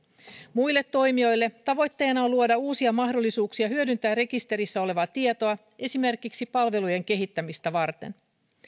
muille toimijoille tavoitteena on luoda uusia mahdollisuuksia hyödyntää rekisterissä olevaa tietoa esimerkiksi palvelujen kehittämistä varten